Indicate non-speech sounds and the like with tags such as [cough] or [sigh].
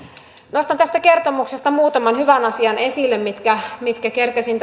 nostan tästä kertomuksesta muutaman hyvän asian esille mitkä mitkä kerkesin [unintelligible]